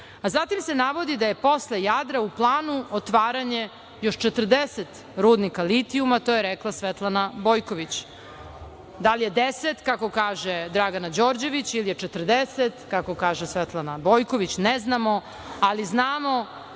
Zatim se navodi da je posle Jadra u planu otvaranje još 40 rudnika litijuma. To je rekla Svetlana Bojković. Da li je 10, kako kaže Dragana Đorđević, ili je 40, kako kaže Svetlana Bojković, ne znamo, ali znamo